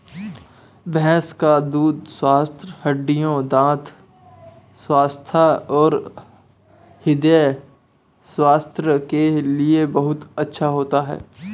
भैंस का दूध स्वस्थ हड्डियों, दंत स्वास्थ्य और हृदय स्वास्थ्य के लिए बहुत अच्छा है